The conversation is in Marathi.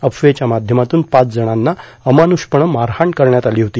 अफवेच्या माध्यमातून पाच जणांना अमान्रषपणे मारहाण करण्यात आली होती